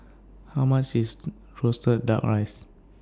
How much IS Roasted Duck Rice